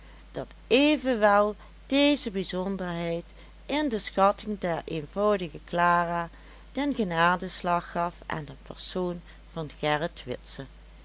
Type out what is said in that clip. dat evenwel deze bijzonderheid in de schatting der eenvoudige clara den genadeslag gaf aan den persoon van gerrit witse